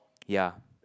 ya